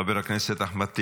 חבר הכנסת אחמד טיבי,